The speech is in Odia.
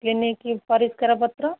କ୍ଲିନିକ୍ ପରିଷ୍କାରପତ୍ର